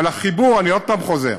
אבל החיבור, אני עוד פעם חוזר,